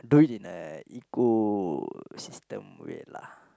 do it in an ecosystem way lah